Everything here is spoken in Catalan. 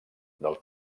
del